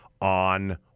on